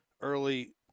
Early